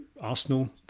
Arsenal